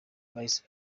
bahise